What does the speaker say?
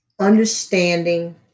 understanding